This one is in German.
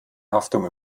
haftung